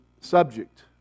subject